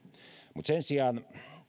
mutta sen sijaan